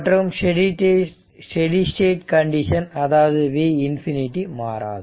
மற்றும் steady state condition மாறாது அதாவது V∞ மாறாது